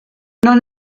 non